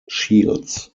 shields